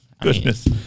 goodness